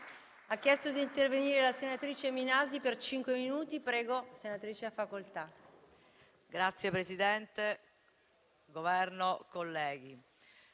Grazie Presidente.